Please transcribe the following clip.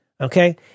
Okay